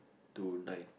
to nine